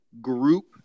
group